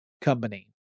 company